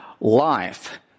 life